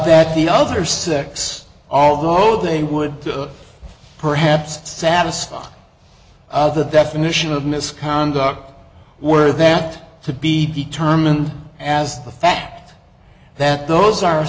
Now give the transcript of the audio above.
that the other six although they would perhaps satisfy the definition of misconduct were that to be determined as the fact that those are